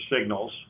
Signals